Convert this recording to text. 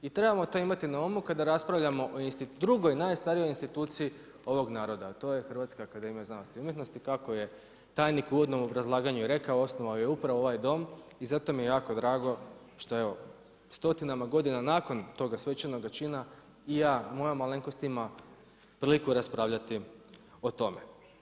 I trebamo to imati na umu kada raspravljamo o drugoj najstarijoj instituciji ovog naroda a to je HAZU kako je tajnik u uvodnom obrazlaganju i rekao, osnovao ju je upravo ovaj dom i zato mi je jako drago što evo stotinama godina nakon toga svečanoga čina i ja, moja malenkost ima priliku raspravljati o tome.